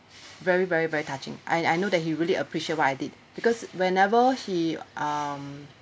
very very very touching I I know that he really appreciate what I did because whenever he um